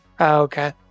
okay